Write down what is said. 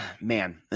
man